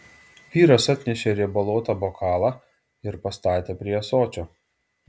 vyras atnešė riebaluotą bokalą ir pastatė prie ąsočio